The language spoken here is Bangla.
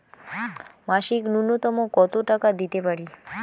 মাসিক নূন্যতম কত টাকা দিতে পারি?